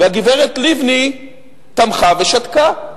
והגברת לבני תמכה ושתקה.